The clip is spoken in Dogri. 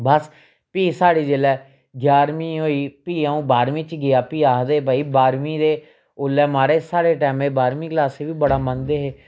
बस फ्ही साढ़ी जेल्लै ञारमीं होई फ्ही अ'ऊं बाह्रमींं च गेआ फ्ही आखदे हे भाई बाह्रमीं दे ओल्लै महाराज साढ़ै टैमे दे बाह्रमीं क्लासै गी बड़ा मन्नदे हे